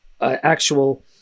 actual